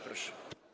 Proszę.